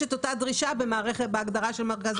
יש אותה דרישה בהגדרה של מרכז הבקרה.